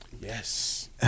yes